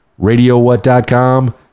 RadioWhat.com